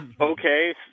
Okay